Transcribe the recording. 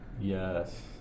Yes